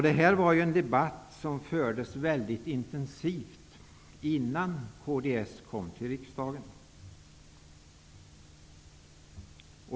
Detta var en debatt som fördes väldigt intensivt innan kds kom till riksdagen.